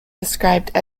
described